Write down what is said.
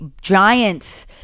giant